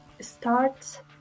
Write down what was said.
start